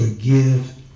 forgive